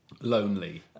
lonely